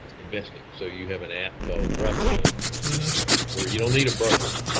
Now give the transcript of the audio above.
investing. so you have an app called robinhood where you don't need a broker,